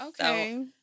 Okay